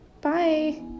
bye